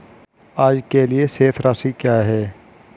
आज के लिए शेष राशि क्या है?